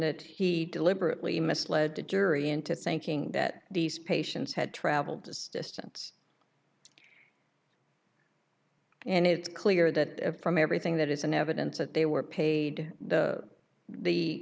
that he deliberately misled the jury into thinking that these patients had traveled this distance and it's clear that from everything that is an evidence that they were paid the